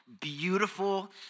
beautiful